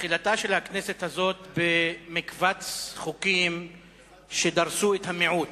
תחילתה של הכנסת הזאת במקבץ חוקים שדרסו את המיעוט.